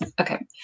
Okay